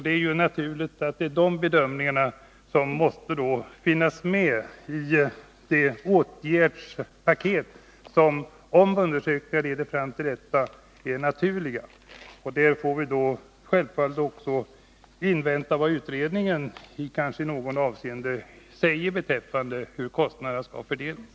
Det är givet att det är dessa bedömningar som måste finnas med i det åtgärdspaket som är naturligt, om undersökningarna leder fram till detta. Här får vi självfallet också invänta vad utredningen kommer fram till beträffande fördelningen av kostnaderna.